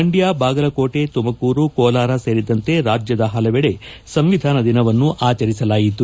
ಮಂಡ್ಯ ಬಾಗಲಕೋಟೆ ತುಮಕೂರು ಕೋಲಾರ ಸೇರಿದಂತೆ ರಾಜ್ಯದ ಪಲವೆಡೆ ಸಂವಿಧಾನ ದಿನವನ್ನು ಆಚರಿಸಲಾಯಿತು